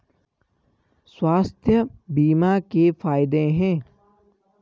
स्वास्थ्य बीमा के फायदे हैं?